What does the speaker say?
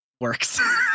works